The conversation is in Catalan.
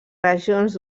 regions